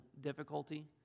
difficulty